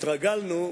התרגלנו,